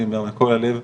אני אומר מכל הלב,